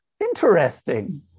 Interesting